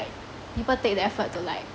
people take the effort to like